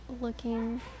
looking